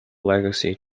legacy